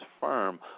firm